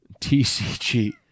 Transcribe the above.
TCG